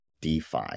DeFi